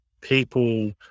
people